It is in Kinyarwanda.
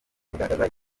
kugaragaza